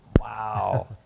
Wow